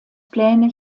pläne